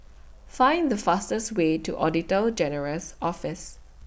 Find The fastest Way to Auditor General's Office